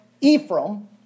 Ephraim